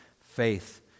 faith